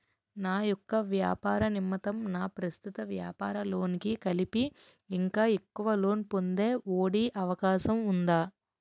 నా యెక్క వ్యాపార నిమిత్తం నా ప్రస్తుత వ్యాపార లోన్ కి కలిపి ఇంకా ఎక్కువ లోన్ పొందే ఒ.డి అవకాశం ఉందా?